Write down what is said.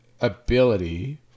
ability